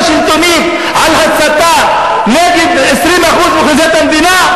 שלטונית על הסתה נגד 20% מאוכלוסיית המדינה.